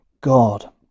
God